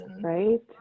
Right